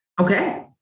Okay